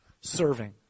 serving